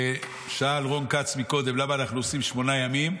שאל רון כץ קודם למה אנחנו עושים שמונה ימים?